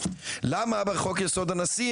למה בחוק יסוד הנשיא,